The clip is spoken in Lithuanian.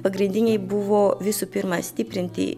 pagrindiniai buvo visų pirma stiprinti